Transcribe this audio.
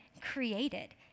created